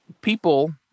people